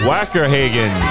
Wackerhagen